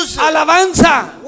Alabanza